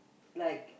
like